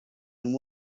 and